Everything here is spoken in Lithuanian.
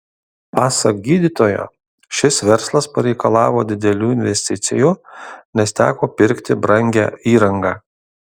pasak gydytojo šis verslas pareikalavo didelių investicijų nes teko pirkti brangią įrangą